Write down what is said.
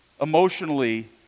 emotionally